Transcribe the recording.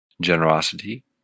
generosity